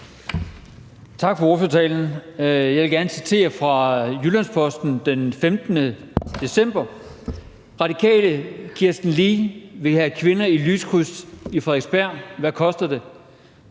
Tak for ordførertalen. Jeg vil gerne citere fra Jyllands-Posten den 15. december: »Radikale Kirsten Lee vil have kvinder i lyskryds i Frederiksberg: Hvad koster det?«.